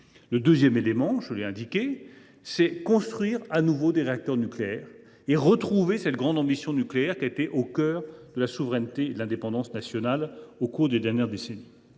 Deuxièmement, il nous faut construire de nouveau des réacteurs nucléaires, afin de retrouver la grande ambition nucléaire qui a été au cœur de la souveraineté et de l’indépendance nationale au cours des dernières décennies.